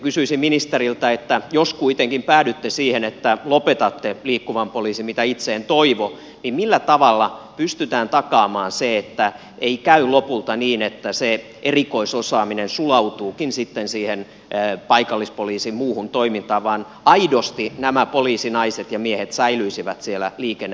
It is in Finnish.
kysyisin ministeriltä että jos kuitenkin päädytte siihen että lopetatte liikkuvan poliisin mitä itse en toivo niin millä tavalla pystytään takaamaan se että ei käy lopulta niin että se erikoisosaaminen sulautuukin sitten siihen paikallispoliisin muuhun toimintaan vaan aidosti nämä poliisinaiset ja miehet säilyisivät siellä liikennevalvonnassa